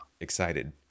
excited